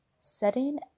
Setting